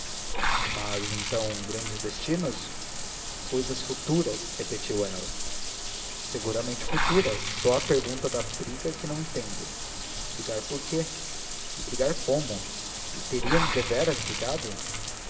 mas então grandes destinos cousas futuras repetiu ela seguramente futuras só a pergunta da briga é que não entendo brigar por quê e brigar como e teriam deveras brigado